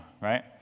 Right